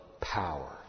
power